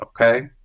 okay